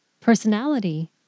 personality